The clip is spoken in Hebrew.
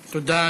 תודה.